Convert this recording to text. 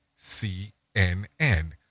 cnn